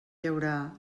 llaurar